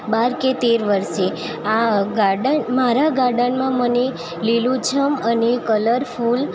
બાર કે તેર વર્ષે આ ગાર્ડન મારા ગાર્ડનમાં મને લીલુંછમ અને કલરફૂલ